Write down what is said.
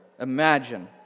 Imagine